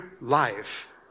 life